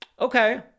Okay